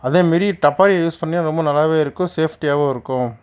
அதே மாதிரி டப்பாரி யூஸ் பண்ணிங்கனால் ரொம்ப நல்லாவே இருக்கும் சேஃப்டியாகவும் இருக்கும்